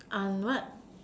I'm what